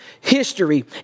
history